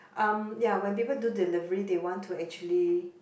um ya when people do delivery they want to actually